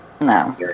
No